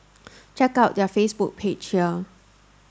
check out their Facebook page here